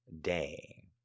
day